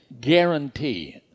guarantee